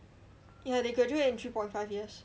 ya they graduate in three point five years